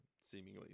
seemingly